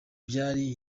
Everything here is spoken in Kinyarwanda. byari